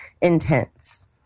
intense